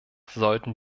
sollten